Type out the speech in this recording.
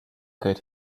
could